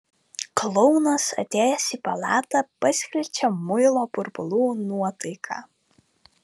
klounas atėjęs į palatą paskleidžia muilo burbulų nuotaiką